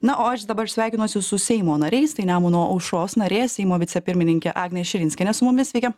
na o aš dabar sveikinuosi su seimo nariais tai nemuno aušros narė seimo vicepirmininkė agnė širinskienė su mumis sveiki